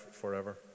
forever